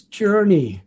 journey